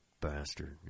bastard